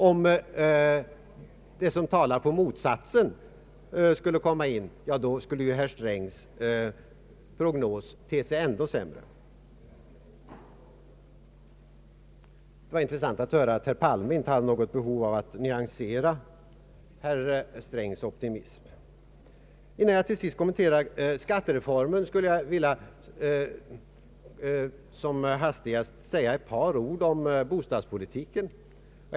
Om det som talar för motsatsen skulle komma in i bilden, då skulle herr Strängs prognos te sig ännu sämre. Det var intressant att höra att herr Palme inte hade något behov av att nyansera herr Strängs optimism. Innan jag till sist kommenterar skattereformen skulle jag som hastigast vilja säga ett par ord om bostadspolitiken.